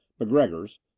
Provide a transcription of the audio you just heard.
mcgregor's